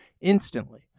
instantly